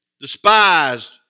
despised